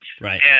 Right